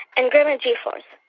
and grandma g-force,